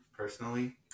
Personally